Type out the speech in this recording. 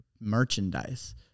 merchandise